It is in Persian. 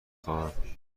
خواهم